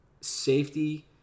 Safety